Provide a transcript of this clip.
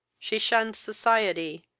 she shunned society,